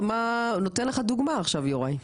נותן לך דוגמה עכשיו יוראי.